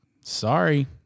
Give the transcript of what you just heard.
Sorry